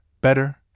better